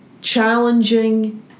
challenging